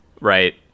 right